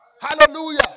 Hallelujah